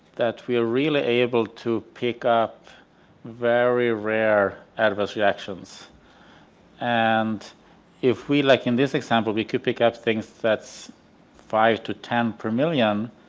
that we are really able to pick up very rare adverse reactions and if we like in this example we could pick up things that's five to ten per million,